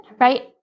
right